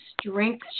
strength